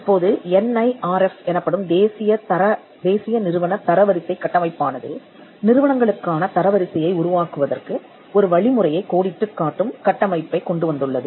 இப்போது N I R F எனப்படும் தேசிய நிறுவனத் தரவரிசைக் கட்டமைப்பானது நிறுவனங்களுக்கான தர வரிசையை உருவாக்குவதற்கு ஒரு வழிமுறையைக் கோடிட்டு காட்டும் கட்டமைப்பைக் கொண்டு வந்துள்ளது